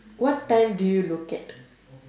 what time do you look at